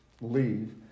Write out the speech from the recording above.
leave